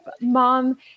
mom